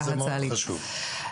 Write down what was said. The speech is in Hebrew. זה חשוב מאוד.